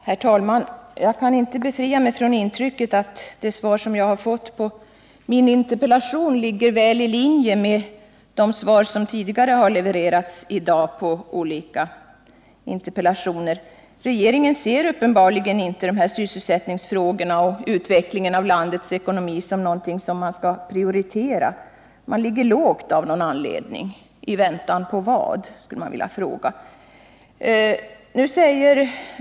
Herr talman! Jag kan inte befria mig från intrycket att det svar jag fått på min interpellation ligger väl i linje med de svar på andra interpellationer som har levererats tidigare i dag. Regeringen ser uppenbarligen inte sysselsättningsfrågorna och frågan om utvecklingen av landets ekonomi som något som man skall prioritera. Man ligger lågt av någon anledning. I väntan på vad? skulle jag vilja fråga.